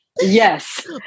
Yes